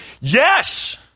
yes